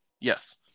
yes